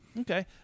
Okay